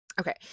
Okay